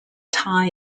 thai